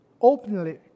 openly